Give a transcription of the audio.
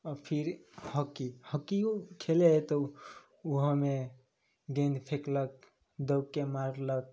आओर फेर हॉकी हॉकिओ खेलै हइ तऽ ओहोमे गेन्द फेकलक दौगिके मारलक